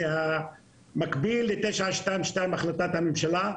זה המקביל להחלטת הממשלה 922,